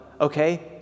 okay